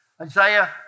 Isaiah